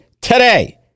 today